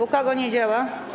U kogo nie działa?